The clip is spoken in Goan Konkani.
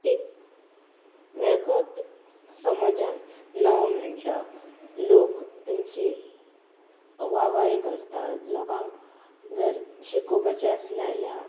एक वेगळोत समाजान नांव मेळटा लोक तेंची वाह वाही करतात लोकांक जर शिकोवपाचें आसलें जाल्यार